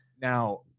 Now